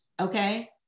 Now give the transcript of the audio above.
okay